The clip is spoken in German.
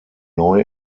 neu